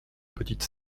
petites